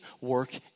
work